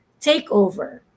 takeover